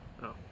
No